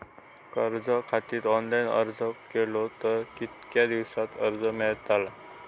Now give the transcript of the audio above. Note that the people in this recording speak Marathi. कर्जा खातीत ऑनलाईन अर्ज केलो तर कितक्या दिवसात कर्ज मेलतला?